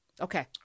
Okay